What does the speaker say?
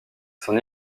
son